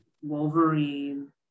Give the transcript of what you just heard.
Wolverine